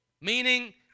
meaning